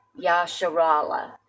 Yasharala